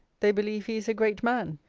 they believe he is a great man.